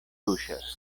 tuŝas